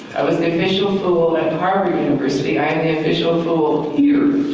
i was the official fool at harvard university. i am the official fool here.